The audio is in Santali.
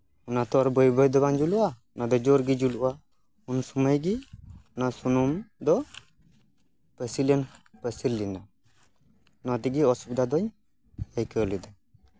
ᱚᱱᱟ ᱛᱚ ᱟᱨ ᱵᱟᱹᱭ ᱵᱟᱹᱭ ᱵᱟᱝ ᱡᱩᱞᱩᱜᱼᱟ ᱚᱱᱟ ᱫᱚ ᱡᱳᱨ ᱜᱮ ᱡᱩᱞᱩᱜᱼᱟ ᱩᱱ ᱥᱚᱢᱚᱭ ᱜᱮ ᱚᱱᱟ ᱥᱩᱱᱩᱢ ᱫᱚ ᱯᱟᱹᱥᱤᱨ ᱞᱮᱱᱠᱷᱟᱱ ᱯᱟᱹᱥᱤᱨ ᱞᱮᱱᱟ ᱚᱱᱟ ᱛᱮᱜᱮ ᱚᱥᱩᱵᱤᱫᱷᱟ ᱫᱩᱧ ᱟᱹᱭᱠᱟᱹᱣ ᱞᱮᱫᱟ